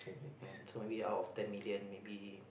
um so maybe out of ten million maybe